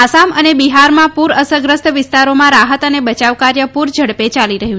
આસામ અને બિહારમાં પૂર અસરગ્રસ્ત વિસ્તારામાં રાહત અને બયાવ કાર્ય પૂર ઝડાં યાલી રહ્યું